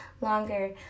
longer